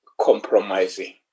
compromising